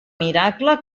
miracle